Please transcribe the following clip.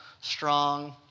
strong